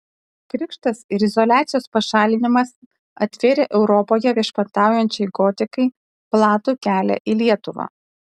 krikštas ir izoliacijos pašalinimas atvėrė europoje viešpataujančiai gotikai platų kelią į lietuvą